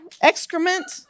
excrement